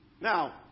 Now